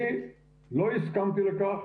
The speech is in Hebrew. אני לא הסכמתי לכך